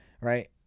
right